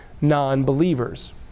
non-believers